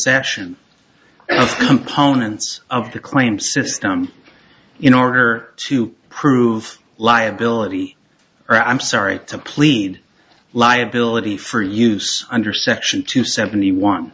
and components of the claim system in order to prove liability or i'm sorry to plead liability for use under section two seventy one